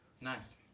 nice